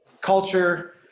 culture